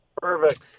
perfect